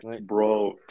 bro